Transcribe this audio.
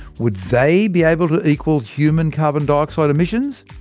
would they be able to equal human carbon dioxide emissions?